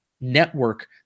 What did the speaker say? network